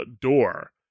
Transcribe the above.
door